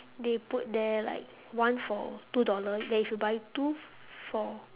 they put there like one for two dollars then if you buy two for